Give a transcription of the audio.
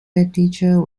headteacher